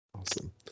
Awesome